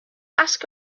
ask